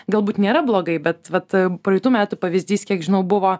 galbūt nėra blogai bet vat praeitų metų pavyzdys kiek žinau buvo